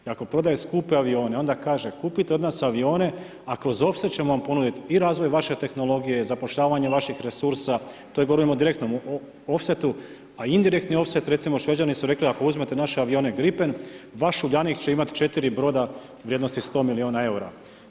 I ako prodaje skupe avione, onda kaže, kupite od nas avione, a kroz ofset ćemo vam ponuditi i razvoj vaše tehnologije, zapošljavanje vaših resursa, to govorim o direktnom ofsetu, a indirektni ofset, recimo Šveđani su rekli ako uzmete naše avione Grippen, vaš Uljanik će imati 4 broda vrijednosti 100 miliona eura.